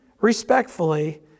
respectfully